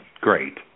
Great